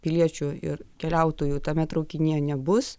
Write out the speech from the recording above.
piliečių ir keliautojų tame traukinyje nebus